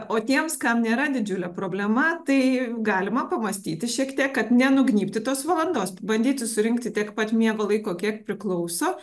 o tiems kam nėra didžiulė problema tai galima pamąstyti šiek tiek kad ne nugnybti tos valandos bandyti surinkti tiek pat miego laiko kiek priklauso